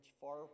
far